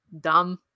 dumb